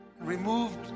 Removed